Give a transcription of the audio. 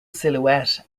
silhouette